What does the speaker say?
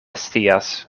scias